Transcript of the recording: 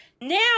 now